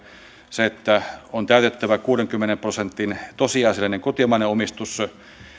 se että on täytettävä kuudenkymmenen prosentin tosiasiallinen kotimainen omistus ja se